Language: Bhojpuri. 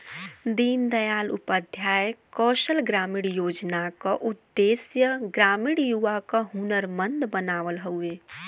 दीन दयाल उपाध्याय कौशल ग्रामीण योजना क उद्देश्य ग्रामीण युवा क हुनरमंद बनावल हउवे